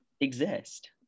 exist